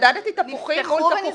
מדדתי את תפוחים מול תפוחים.